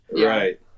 Right